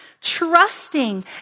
trusting